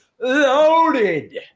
loaded